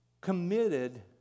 committed